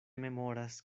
memoras